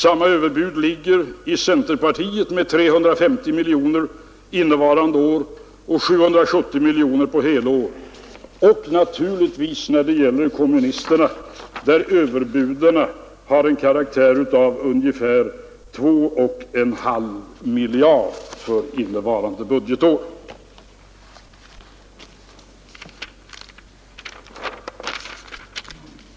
Samma överbud ligger också i centerpartiets förslag med 350 miljoner för innevarande år och 770 miljoner på helår, och naturligtvis gäller detta även kommunisterna, vilkas överbud uppgår till ungefär två och en halv miljard för innevarande budgetår.